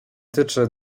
tyczy